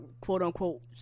quote-unquote